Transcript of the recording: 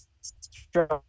strong